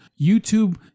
YouTube